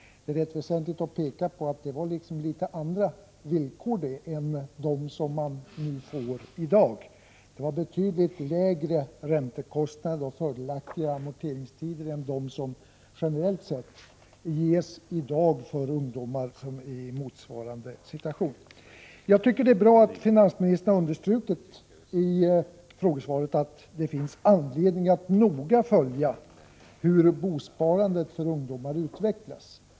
Det är ganska väsentligt att peka på att de villkor som förut gällde var litet annorlunda än de som gäller i dag. Då var räntekostnaderna betydligt lägre och amorteringstiderna var fördelaktigare än i dag om man tänker på de ungdomar som nu är i motsvarande situation — generellt sett. Jag tycker det är bra att finansministern i frågesvaret har understrukit att det finns anledning att noga följa hur bosparandet för ungdomar utvecklas.